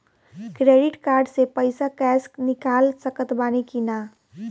Credit card से पईसा cash निकाल सकत बानी की ना?